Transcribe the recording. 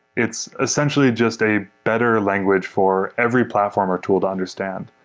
it's essentially just a better language for every platform or tool to understand.